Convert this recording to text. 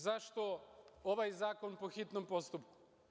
Zašto ovaj zakon po hitnom postupku?